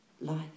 life